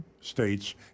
states